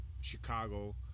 Chicago